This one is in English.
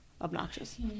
Obnoxious